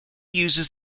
uses